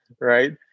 right